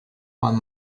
one